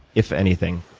if anything?